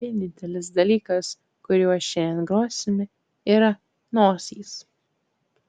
vienintelis dalykas kuriuo šiandien grosime yra nosys